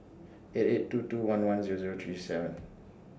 eight eight two two one one Zero Zero three seven